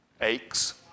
aches